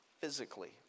physically